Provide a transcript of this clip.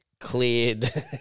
cleared